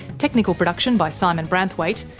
technical production by simon branthwaite,